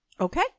Okay